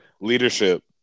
Leadership